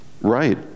Right